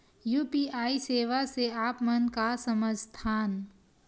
UPI सेवा से आप मन का समझ थान?